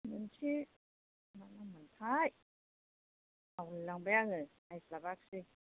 मोनसे मा नाम मोनथाय बावलाय लांबाय आङो नायस्लाबाखिसै